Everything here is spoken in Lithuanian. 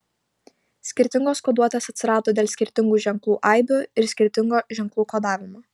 skirtingos koduotės atsirado dėl skirtingų ženklų aibių ir skirtingo ženklų kodavimo